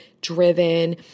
driven